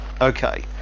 Okay